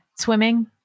swimming